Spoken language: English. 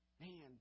Man